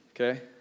okay